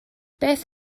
beth